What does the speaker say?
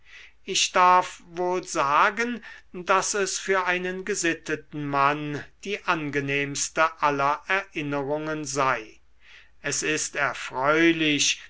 ich darf wohl sagen daß es für einen gesitteten mann die angenehmste aller erinnerungen sei es ist erfreulich